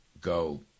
go